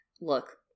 look